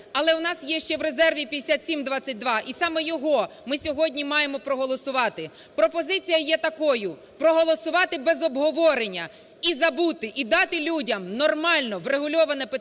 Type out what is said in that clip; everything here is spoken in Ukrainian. але в нас є ще в резерві 5722, і саме його ми сьогодні маємо проголосувати. Пропозиція є такою: проголосувати без обговорення і забути, і дати людям нормально врегульоване питання